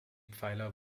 pfeiler